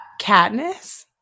Katniss